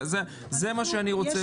זה מה שאני רוצה לשמוע.